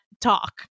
talk